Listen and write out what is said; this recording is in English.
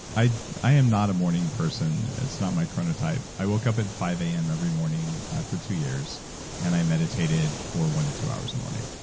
i i am not a morning person. it's not my chronotype. i woke up at five a m. every morning for two years and i meditated for one to two hours a morning.